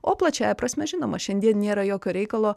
o plačiąja prasme žinoma šiandien nėra jokio reikalo